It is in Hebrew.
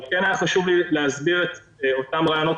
היה חשוב לי להסביר את אותם רעיונות